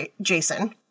Jason